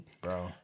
bro